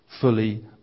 fully